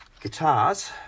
guitars